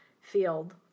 field